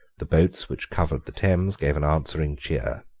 the boats which covered the thames, gave an answering cheer.